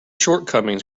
shortcomings